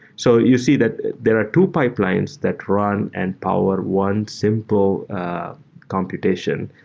so you see that there are two pipelines that run and power one simple computation,